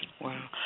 Wow